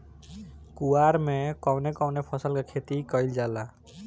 कुवार में कवने कवने फसल के खेती कयिल जाला?